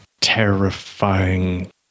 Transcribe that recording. terrifying